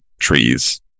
trees